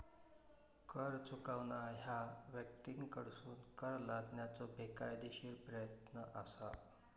कर चुकवणा ह्या व्यक्तींकडसून कर लादण्याचो बेकायदेशीर प्रयत्न असा